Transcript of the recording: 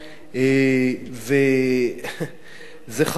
וזה חבל.